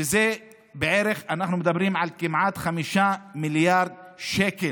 שזה בערך, אנחנו מדברים על כמעט 5 מיליארד שקל.